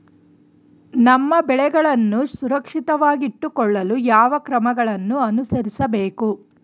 ನಮ್ಮ ಬೆಳೆಗಳನ್ನು ಸುರಕ್ಷಿತವಾಗಿಟ್ಟು ಕೊಳ್ಳಲು ಯಾವ ಕ್ರಮಗಳನ್ನು ಅನುಸರಿಸಬೇಕು?